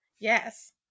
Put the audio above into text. Yes